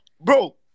bro